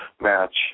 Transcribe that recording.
match